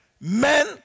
Men